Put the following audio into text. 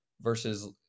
versus